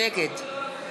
נגד